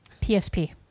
PSP